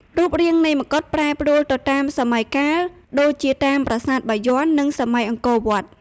រូបរាងនៃមកុដប្រែប្រួលទៅតាមសម័យកាល ដូចជាតាមប្រាសាទបាយ័ន និងសម័យអង្គរវត្ត។